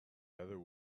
heather